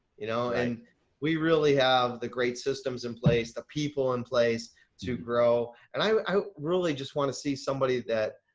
you know? and we really have the great systems in place, the people in place to grow. and i really just want to see somebody that